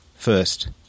First